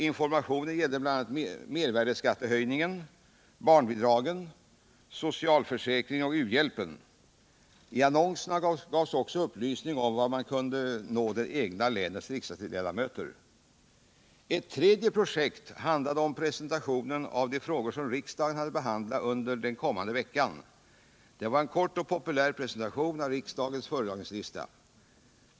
Informationen gällde bl.a. mervärdeskattehöjningen, barnbidragen, socialförsäkringen och u-hjälpen. I annonserna gavs också upplysning om var man kunde nå det egna länets riksdagsledamöter. Ett tredje projekt handlade om presentationen av de frågor som riksdagen hade att behandla under den kommande veckan. Det var en kort och populär presentation av riksdagens föredragningslista.